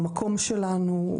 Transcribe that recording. המקום שלנו,